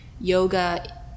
yoga